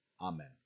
Amen